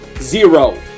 zero